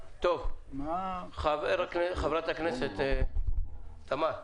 חברת הכנסת תמר זנדברג,